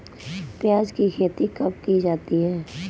प्याज़ की खेती कब की जाती है?